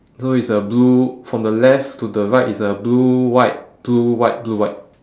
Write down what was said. no it's a blue from the left to the right it's a blue white blue white blue white